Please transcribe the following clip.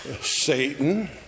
Satan